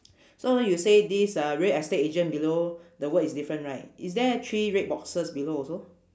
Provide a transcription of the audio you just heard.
so you say this uh real estate agent below the word is different right is there three red boxes below also